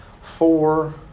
four